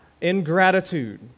ingratitude